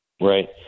Right